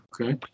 Okay